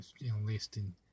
enlisting